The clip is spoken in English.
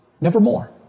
Nevermore